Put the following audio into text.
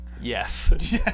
yes